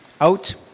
out